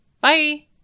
Bye